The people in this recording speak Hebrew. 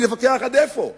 נתווכח עד איפה.